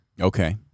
Okay